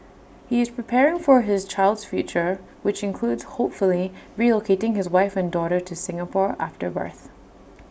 he is preparing for his child's future which includes hopefully relocating his wife and daughter to Singapore after the birth